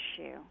issue